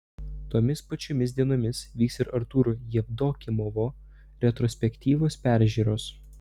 tomis pačiomis dienomis vyks ir artūro jevdokimovo retrospektyvos peržiūros